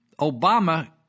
Obama